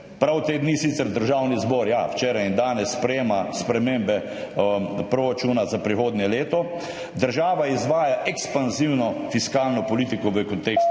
prav te dni sicer Državni zbor, ja, včeraj in danes, sprejema spremembe proračuna za prihodnje leto – država izvaja ekspanzivno fiskalno politiko v kontekstu